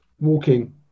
walking